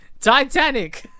Titanic